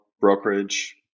brokerage